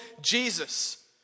Jesus